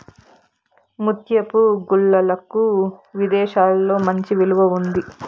ముత్యపు గుల్లలకు విదేశాలలో మంచి విలువ ఉంది